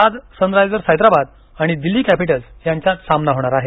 आज सनरायझर्स हैदराबाद आणि दिल्ली कॅपिटल्स यांच्यात सामना होणार आहे